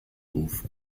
ruf